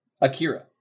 Akira